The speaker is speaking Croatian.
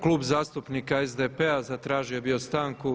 Klub zastupnika SDP-a zatražio je bio stanku.